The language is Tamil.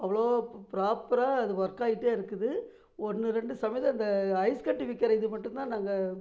அவ்வளோ ப்ராப்பராக அது ஒர்க் ஆயிட்டே இருக்குது ஒன்று ரெண்டு சமயத்தில் அந்த ஐஸ் கட்டி வைக்கிற இது மட்டும் தான் நாங்கள்